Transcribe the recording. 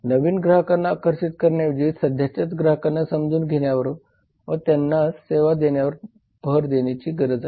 नवीन ग्राहकांना आकर्षित करण्याऐवजी सध्याच्याच ग्राहकांना समजून घेण्यावर व त्यांनाच सेवा देण्यावर भर देणे गरजेचे आहे